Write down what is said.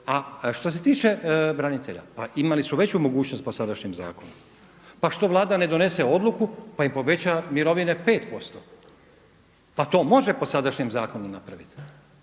A što se tiče branitelja, pa imali su veću mogućnost po sadašnjem zakonu. Pa što Vlada ne donese odluku pa im poveća mirovine 5 posto? Pa to može po sadašnjem zakonu napraviti.